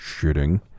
shitting